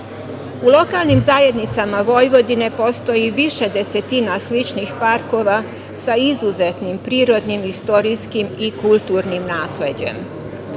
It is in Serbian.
lokalnim zajednicama Vojvodine postoji više desetina sličnih parkova sa izuzetnim prirodnim, istorijskim i kulturnim nasleđem.